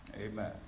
Amen